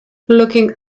looking